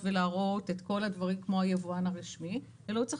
ולהראות את כל הדברים כמו היבואן הרשמי אלא הוא צריך